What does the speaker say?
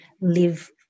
live